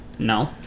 No